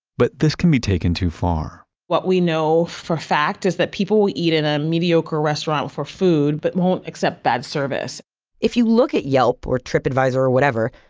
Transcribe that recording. but this can be taken too far what we know for a fact is that people will eat in a mediocre restaurant for food, but won't accept bad service if you look at yelp, or tripadvisor, or whatever,